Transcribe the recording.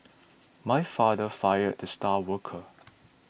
my father fired the star worker